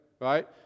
right